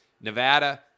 Nevada